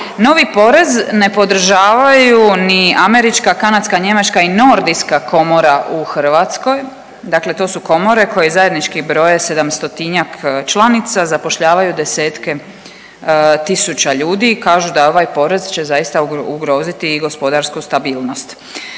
Novi porez ne podržavaju ni američka, kanadska, njemačka i nordijska komora u Hrvatskoj. Dakle, to su komore koje zajednički broje sedamstotinjak članica, zapošljavaju desetke tisuća ljudi. Kažu da ovaj porez će zaista ugroziti i gospodarsku stabilnost.